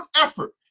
effort